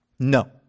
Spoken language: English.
No